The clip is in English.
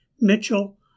Mitchell